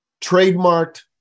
trademarked